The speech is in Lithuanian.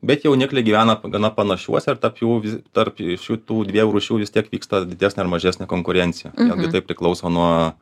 bet jaunikliai gyvena gana panašiuose ir tarp jų vis tarp šitų dviejų rūšių vis tiek vyksta didesnė ar mažesnė konkurencija vėlgi tai priklauso nuo